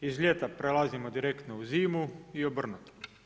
Iz ljeta prelazimo direktno u zimu i obrnuto.